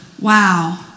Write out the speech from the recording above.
Wow